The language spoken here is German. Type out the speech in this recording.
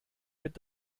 mit